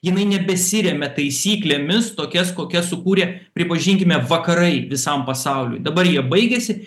jinai nebesiremia taisyklėmis tokias kokias sukūrė pripažinkime vakarai visam pasauliui dabar jie baigėsi